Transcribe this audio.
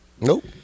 Nope